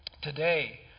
Today